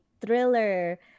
thriller